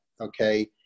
okay